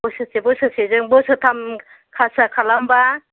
बोसोरसे बोसोरसेजों बोसोरथाम खासिया खालामबा